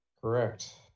correct